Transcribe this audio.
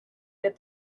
get